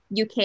UK